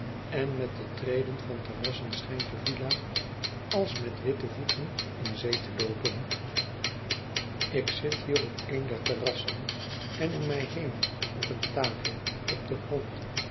en met de treden van terrassen schijnt de villa als met witte voeten in zee te loopen ik zit hier op een der terrassen en om mij heen op een tafel op den grond